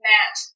Matt